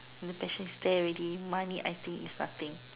um passion is there already money I think is nothing